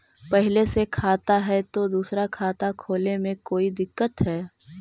पहले से खाता है तो दूसरा खाता खोले में कोई दिक्कत है?